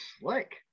slick